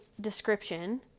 description